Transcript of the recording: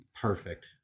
Perfect